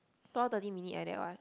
two hour thirty minute eh that one